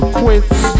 quits